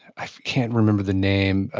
i can't remember the name.